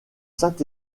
saint